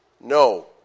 No